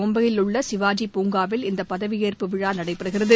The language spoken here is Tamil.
மும்பையில் உள்ள சிவாஜி பூங்காவில் இந்த பதவியேற்பு விழா நடைபெறுகிறது